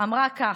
אמרה כך: